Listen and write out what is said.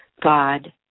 God